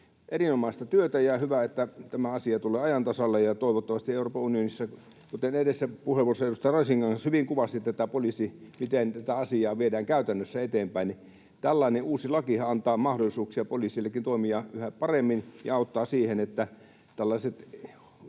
Erinomaista työtä, ja hyvä, että tämä asia tulee ajan tasalle ja toivottavasti Euroopan unionissa. Kuten edellisessä puheenvuorossa edustaja Rasinkangas hyvin kuvasi, miten tätä asiaa viedään käytännössä eteenpäin, tällainen uusi lakihan antaa mahdollisuuksia poliisillekin toimia yhä paremmin ja auttaa siihen, että tällaiset